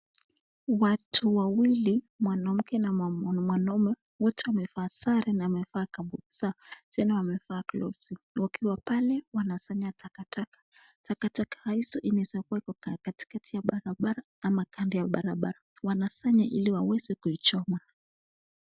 Watu wawili mwanamke na mwanaume wote wamevaa sare na wamevaa gumboots zao tena wamevaa glovsi wakiwa pale wanasanya takataka. Takataka hizo inaweza kuwa iko katikati ya barabara ama kando ya barabara, wanasanya ili waweze kuichoma.